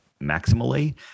maximally